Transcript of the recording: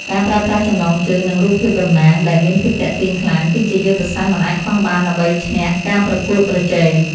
ការប្រើប្រាស់ចំណងជើង និងរូបភាពតំណាង ដែលមានភាពទាក់ទាញខ្លាំង គឺជាយុទ្ធសាស្ត្រមិនអាចខ្វះបានដើម្បីឈ្នះការប្រកួតប្រជែង។